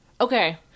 Okay